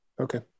Okay